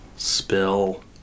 spill